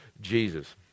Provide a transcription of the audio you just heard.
Jesus